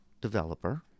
developer